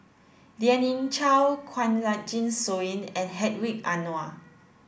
Lien Ying Chow Kanwaljit Soin and Hedwig Anuar